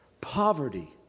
poverty